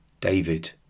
David